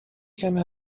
کمی